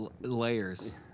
Layers